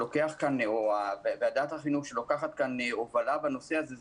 או ועדת החינוך שלוקחת הובלה בנושא הזה זה